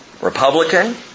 Republican